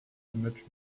much